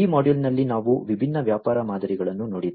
ಈ ಮಾಡ್ಯೂಲ್ನಲ್ಲಿ ನಾವು ವಿಭಿನ್ನ ವ್ಯವಹಾರ ಮಾದರಿಗಳನ್ನು ನೋಡಿದ್ದೇವೆ